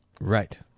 right